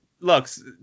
looks